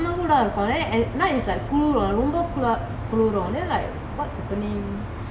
ரொம்ப சுட இருக்கும்:romba suda irukum at night it's like குழுறோம் ரொம்ப குழுறோம்:kulurom romba kulurom then like what's happening